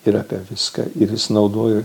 ir apie viską ir jis naudojo